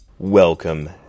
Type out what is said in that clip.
Welcome